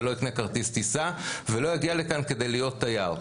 ולא יקנה כרטיס טיסה ולא יגיע לכאן כדי להיות תייר.